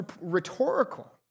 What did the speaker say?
rhetorical